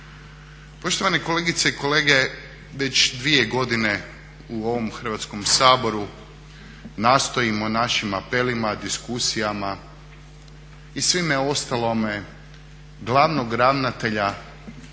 Poštovane kolegice i kolege, već dvije godine u ovom Hrvatskom saboru nastojimo našim apelima, diskusijama i svime ostalome glavnog ravnatelja natjerati